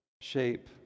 shape